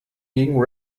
gegen